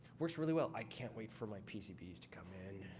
works really well. i can't wait for my pcb's to come in.